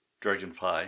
Dragonfly